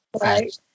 Right